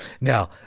Now